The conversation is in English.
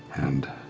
and